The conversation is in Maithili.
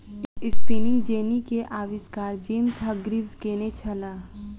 स्पिनिंग जेन्नी के आविष्कार जेम्स हर्ग्रीव्ज़ केने छला